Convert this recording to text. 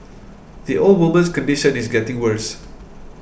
the old woman's condition is getting worse